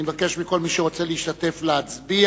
אני מבקש מכל מי שרוצה להשתתף להצביע,